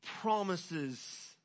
promises